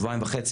שבועיים וחצי,